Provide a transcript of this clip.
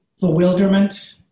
bewilderment